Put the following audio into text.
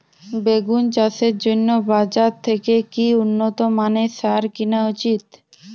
বেগুন চাষের জন্য বাজার থেকে কি উন্নত মানের সার কিনা উচিৎ?